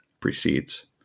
precedes